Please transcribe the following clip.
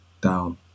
down